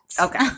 Okay